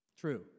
True